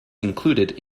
included